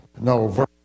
No